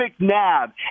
McNabb